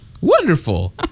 wonderful